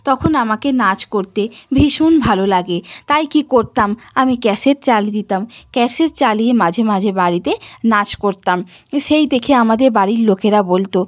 তখন আমাকে নাচ করতে ভীষণ ভালো লাগে তাই কী করতাম আমি ক্যাসেট চালিয়ে দিতাম ক্যাসেট চালিয়ে মাঝে মাঝে বাড়িতে নাচ করতাম সেই দেখে আমাদের বাড়ির লোখেরা বলত